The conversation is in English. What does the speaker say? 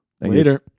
Later